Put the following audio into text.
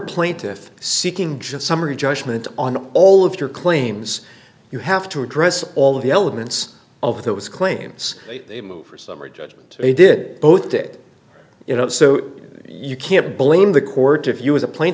plaintiff seeking just summary judgment on all of your claims you have to address all of the elements of those claims they moved for summary judgment they did both did you know so you can't blame the court if you as a pla